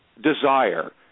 desire